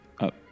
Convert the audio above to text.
up